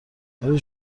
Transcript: ولی